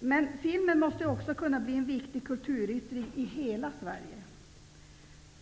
Men filmen måste också kunna bli en viktig kulturyttring i hela Sverige.